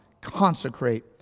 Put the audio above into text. Consecrate